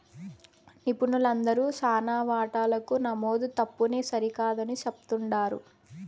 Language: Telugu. నిపుణులందరూ శానా వాటాలకు నమోదు తప్పుని సరికాదని చెప్తుండారు